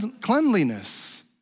cleanliness